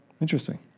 Interesting